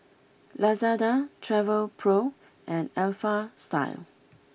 Lazada Travelpro and Alpha Style